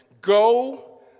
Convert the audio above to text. Go